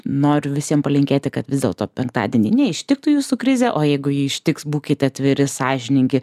noriu visiem palinkėti kad vis dėlto penktadienį neištiktų jūsų krizė o jeigu ji ištiks būkite atviri sąžiningi